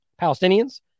Palestinians